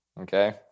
okay